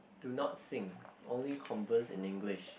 do not sing only converse in English